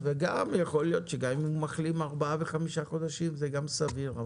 יכול להיות שגם אם הוא מחלים ארבעה וחמישה חודשים זה גם סביר,